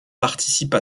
participe